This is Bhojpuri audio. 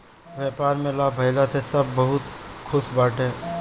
व्यापार में लाभ भइला से सब बहुते खुश बाटे